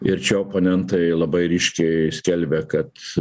ir čia oponentai labai ryškiai skelbė kad